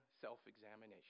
self-examination